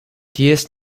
ties